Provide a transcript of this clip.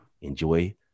enjoy